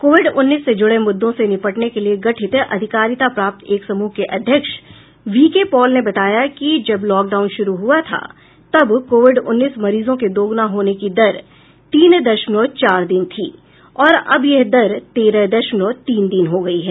Covid उन्नीस से जुड़े मुद्दों से निपटने के लिए गठित अधिकारिता प्राप्त एक समूह के अध्यक्ष वीकेपॉल ने बताया कि जब लॉकडाउन शुरू हुआ था तब कोविड उन्नीस मरीजों के दोगुना होने की दर तीन दशमलव चार दिन थी और अब यह दर तेरह दशमलव तीन दिन हो गई है